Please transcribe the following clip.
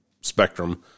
spectrum